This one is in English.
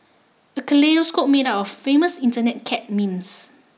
a kaleidoscope made up of famous Internet cat memes